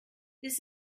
this